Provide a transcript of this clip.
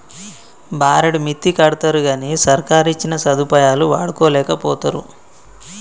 బారెడు మిత్తికడ్తరుగని సర్కారిచ్చిన సదుపాయాలు వాడుకోలేకపోతరు